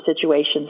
situations